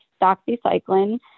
doxycycline